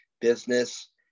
business